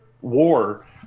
war